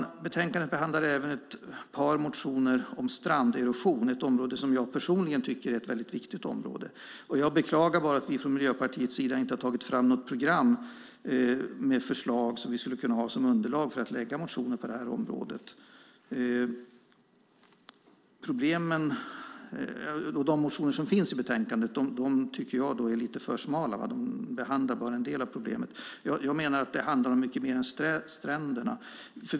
I betänkandet behandlas även ett par motioner om stranderosion. Det är ett område som jag personligen tycker är viktigt. Jag beklagar att vi från Miljöpartiets sida inte har tagit fram något program med förslag som kan användas som underlag för att väcka motioner på området. De motioner som behandlas i betänkandet är lite för smala. De tar upp bara en del av problemet. Det handlar om mycket mer än stränderna.